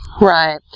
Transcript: Right